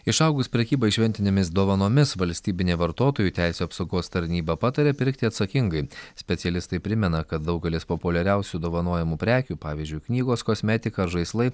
išaugus prekybai šventinėmis dovanomis valstybinė vartotojų teisių apsaugos tarnyba pataria pirkti atsakingai specialistai primena kad daugelis populiariausių dovanojamų prekių pavyzdžiui knygos kosmetika ar žaislai